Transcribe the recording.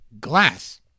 glass